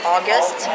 August